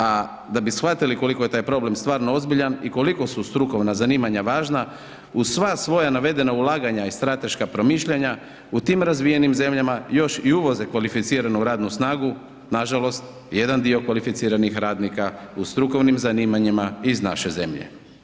A da bi shvatili koliko je taj problem stvarno ozbiljan i koliko su strukovna obrazovanja važna uz sva svoja navedena ulaganja i strateška promišljanja u tim razvijenim zemljama još i uvoze kvalificiranu radnu snagu, nažalost jedan dio kvalificiranih radnika u strukovnim zanimanjima iz naše zemlje.